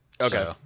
Okay